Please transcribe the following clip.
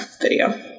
video